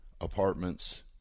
apartments